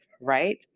right